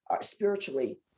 spiritually